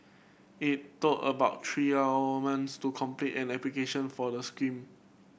it took about three months to complete an application for the scheme